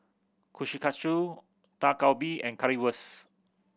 Kushikatsu Dak Galbi and Currywurst